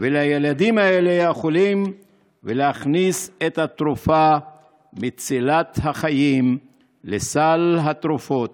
ולילדים האלה החולים ולהכניס את התרופה מצילת החיים לסל התרופות,